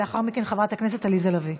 לאחר מכן, חברת הכנסת עליזה לביא.